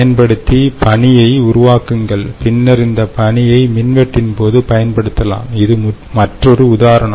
பயன்படுத்தி பனியைப் உருவாக்குங்கள் பின்னர் இந்த பனியை மின்வெட்டின் போது பயன்படுத்தலாம் இது மற்றொரு உதாரணம்